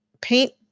paint